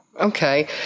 okay